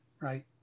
right